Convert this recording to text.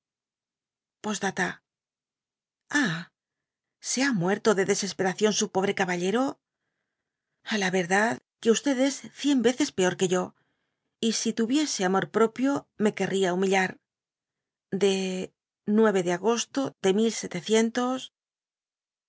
ah se ha muerto de desesperación su pobre caballero a la yerdad que es cien veces peor que yo y si tuviese amor propio me querría humülar de de agosto de